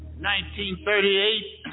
1938